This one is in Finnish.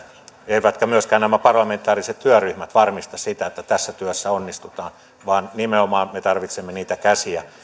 eivätkä myöskään nämä parlamentaariset työryhmät varmista sitä että tässä työssä onnistutaan vaan nimenomaan me tarvitsemme niitä käsiä